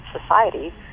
society